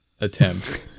attempt